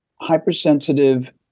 hypersensitive